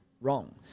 wrong